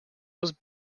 was